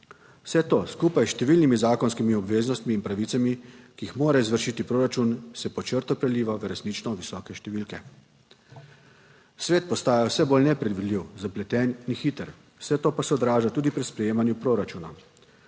Vse to skupaj s številnimi zakonskimi obveznostmi in pravicami, ki jih mora izvršiti proračun, se pod črto preliva v resnično visoke številke. Svet postaja vse bolj nepredvidljiv, zapleten in hiter, vse to pa se odraža tudi pri sprejemanju proračuna.